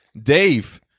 Dave